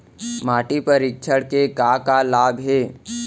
माटी परीक्षण के का का लाभ हे?